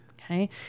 Okay